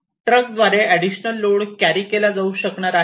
truck द्वारे additional load carry केला जाऊ शकणार आहे का